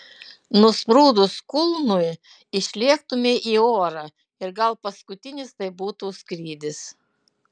nusprūdus kulnui išlėktumei į orą ir gal paskutinis tai būtų skrydis